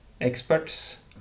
experts